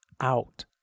out